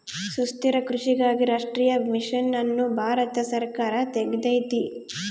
ಸುಸ್ಥಿರ ಕೃಷಿಗಾಗಿ ರಾಷ್ಟ್ರೀಯ ಮಿಷನ್ ಅನ್ನು ಭಾರತ ಸರ್ಕಾರ ತೆಗ್ದೈತೀ